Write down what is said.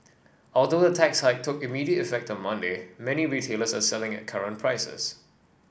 although the tax hike took immediate effect on Monday many retailers are selling at current prices